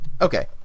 Okay